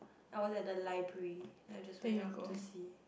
I was at the library then I just went up to see